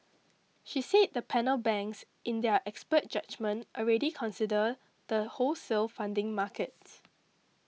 she said the panel banks in their expert judgement already consider the wholesale funding market